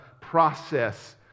process